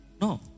No